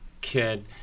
kid –